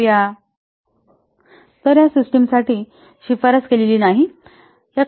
तर या सिस्टम साठी याची शिफारस केलेली नाही